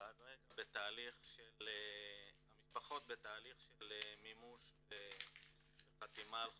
כרגע המשפחות בתהליך של מימוש וחתימה על חוזים.